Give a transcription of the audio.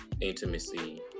intimacy